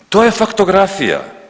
To je faktografija.